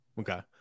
okay